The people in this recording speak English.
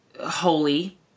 holy